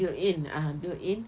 built-in ah built-in